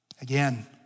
Again